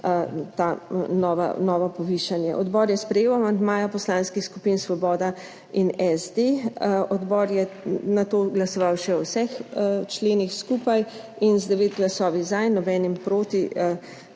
to novo povišanje. Odbor je sprejel amandmaje Poslanskih skupin Svoboda in SD. Odbor je nato glasoval še o vseh členih skupaj in z 9 glasovi za in nobenim proti